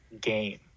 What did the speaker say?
game